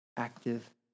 active